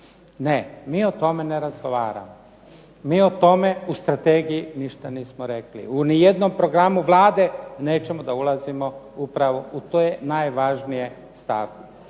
Ne, mi o tome ne razgovaramo. Mi o tome u strategiji ništa nismo rekli. U ni jednom programu Vlade nećemo da ulazimo u te najvažnije stavke.